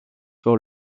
pour